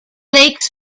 lakes